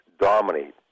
dominate